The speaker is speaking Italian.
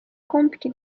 compiti